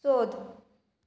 सोद